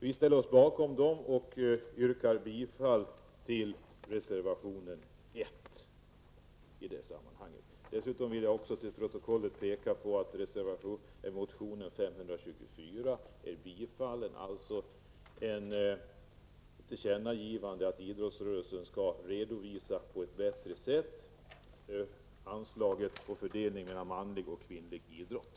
Vi ställer oss bakom dessa reservationer och yrkar bifall till reservation 1. Dessutom vill jag till protokollet anföra att motion 524 har tillstyrkts. Det är ett tillkännagivande av att idrottsrörelsen på ett bättre sätt skall redovisa hur anslaget fördelas mellan manlig och kvinnlig idrott.